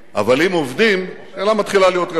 אבל אם עובדים השאלה מתחילה להיות רלוונטית.